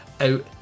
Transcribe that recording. out